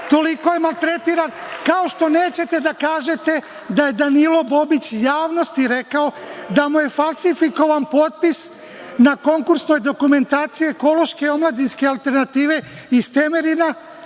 toliko je maltretiran. Nećete da kažete da je Danilo Bobić javnosti rekao da mu je falsifikovan potpis na konkursnoj dokumentaciji ekološke omladinske alternative iz Temerina